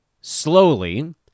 slowly